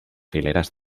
fileres